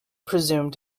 presumed